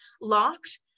locked